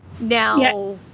now